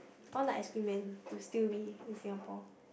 all the ice cream man should still be in Singapore